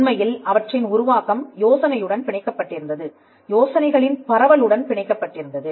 உண்மையில் அவற்றின் உருவாக்கம் யோசனையுடன் பிணைக்கப் பட்டிருந்தது யோசனைகளின் பரவலுடன் பிணைக்கப் பட்டிருந்தது